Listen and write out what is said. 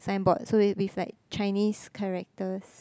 sign board so it with like Chinese characters